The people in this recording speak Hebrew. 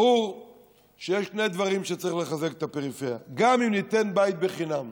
ברור שיש שני דברים שצריך לחזק בפריפריה: גם אם ניתן בית בחינם,